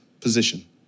position